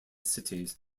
cities